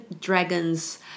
dragons